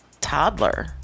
toddler